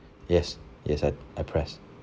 yes yes I I pressed